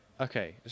Okay